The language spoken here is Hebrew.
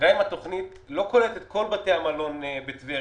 גם אם התוכנית לא כוללת את כל בתי המלון בטבריה,